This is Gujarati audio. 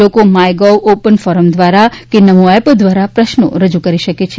લોકો માય ગોવ ઓપન ફોરમ દ્વારા કે નમો એપ દ્વારા પ્રશ્નો રજૂ કરી શકે છે